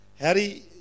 Harry